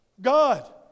God